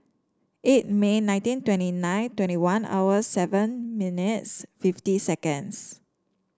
eight May nineteen twenty nine twenty one hours seven minutes fifty seconds